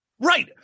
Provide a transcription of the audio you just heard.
Right